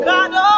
God